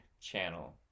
channel